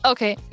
Okay